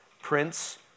Prince